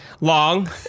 Long